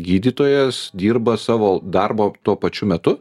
gydytojas dirba savo darbą tuo pačiu metu